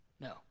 No